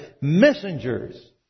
messengers